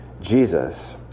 Jesus